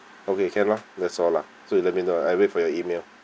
okay can lah that's all lah so you let me know I wait for your E-mail